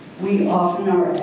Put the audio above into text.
we often are